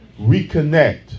reconnect